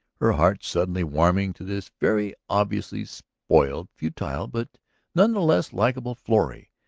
her heart suddenly warming to this very obviously spoiled, futile, but none the less likable, florrie.